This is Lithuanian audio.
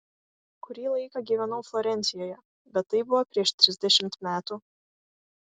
kurį laiką gyvenau florencijoje bet tai buvo prieš trisdešimt metų